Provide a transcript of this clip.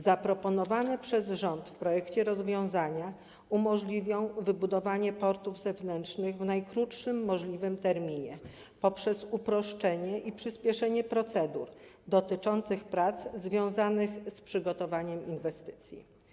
Zaproponowane przez rząd w projekcie rozwiązania umożliwią wybudowanie portów zewnętrznych w najkrótszym możliwym terminie dzięki uproszczeniu i przyspieszeniu procedur dotyczących prac związanych z przygotowaniem inwestycji.